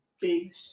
big